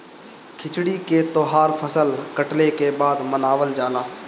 खिचड़ी के तौहार फसल कटले के बाद मनावल जाला